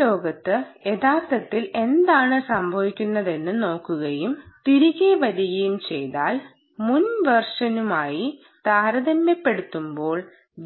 ഈ ലോകത്ത് യഥാർത്ഥത്തിൽ എന്താണ് സംഭവിക്കുന്നതെന്ന് നോക്കുകയും തിരികെ വരികയും ചെയ്താൽ മുൻ വേർഷനുമായി താരതമ്യപ്പെടുത്തുമ്പോൾ